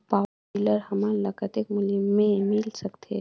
Power tiller हमन ल कतेक मूल्य मे मिल सकथे?